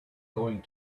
going